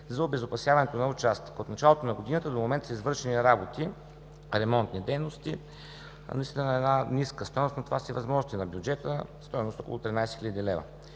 за обезопасяването на участъка. От началото на годината до момента са извършени ремонтни дейности наистина на една ниска стойност, но това са и възможностите на бюджета, на стойност от 13 хил. лв.